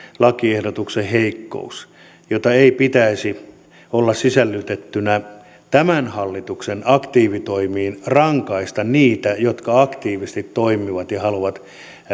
lakiehdotuksen heikkous jota ei pitäisi olla sisällytettynä tämän hallituksen aktiivitoimiin rangaista niitä jotka aktiivisesti toimivat ja haluavat